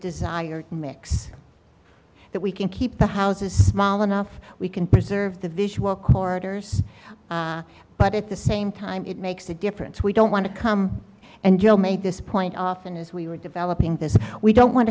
desired mix that we can keep the house is small enough we can preserve the visual corridors but at the same time it makes a difference we don't want to come and you know make this point often as we were developing this we don't want